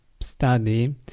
study